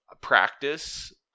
Practice